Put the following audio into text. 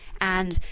and,